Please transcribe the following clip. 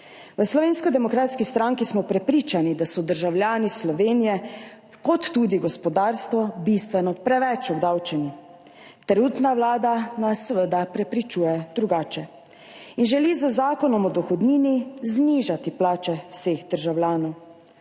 V Slovenski demokratski stranki smo prepričani, da so državljani Slovenije ter tudi gospodarstvo bistveno preveč obdavčeni. Trenutna vlada nas seveda prepričuje drugače in želi z zakonom o dohodnini znižati plače vseh državljanov.